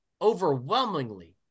overwhelmingly